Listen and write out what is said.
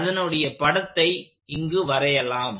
அதனுடைய படத்தை இங்கு வரையலாம்